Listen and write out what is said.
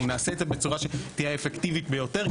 נעשה את זה בצורה שתהיה האפקטיבית ביותר,